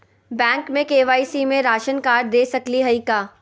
Bank में KYC में ration card दे सकली हई का?